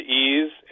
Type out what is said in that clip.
ease